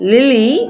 Lily